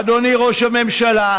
אדוני ראש הממשלה,